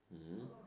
mm